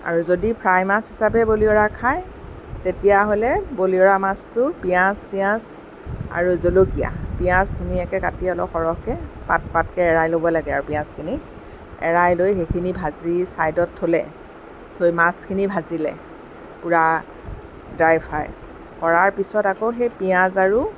আৰু যদি ফ্ৰাই মাছ হিচাপে বলিয়ৰা খায় তেতিয়াহ'লে বলিয়ৰা মাছটো পিঁয়াজ চিঁয়াজ আৰু জলকীয়া পিঁয়াজ ধুনীয়াকৈ কাটি অলপ সৰহকৈ পাত পাতকৈ এৰাই ল'ব লাগে আৰু পিঁয়াজখিনি এৰাই লৈ সেইখিনি ভাজি ছাইডত থ'লে থৈ মাছখিনি ভাজিলে পূৰা ড্ৰাই ফ্ৰাই কৰাৰ পিছত আকৌ সেই পিঁয়াজ আৰু